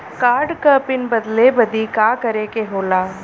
Card क pin बदले बदी का करे के होला?